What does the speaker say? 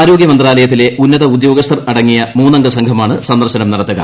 ആരോഗ്യ മന്ത്രാലയത്തിലെ ഉന്നത ഉദ്യോഗസ്ഥർ അടങ്ങിയ മൂന്നംഗ സംഘമാണ് സന്ദർശനം നടത്തുക